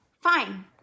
fine